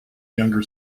younger